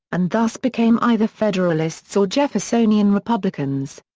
and thus became either federalists or jeffersonian republicans.